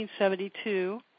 1972